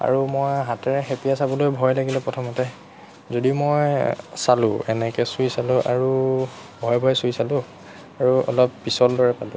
আৰু মই হাতেৰে হেপিয়াই চাবলৈও ভয় লাগিলে প্ৰথমতে যদিও মই চালোঁ এনেকৈ চুই চালোঁ আৰু ভয়ে ভয়ে চুই চালোঁ আৰু অলপ পিছল দৰে পালোঁ